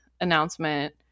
announcement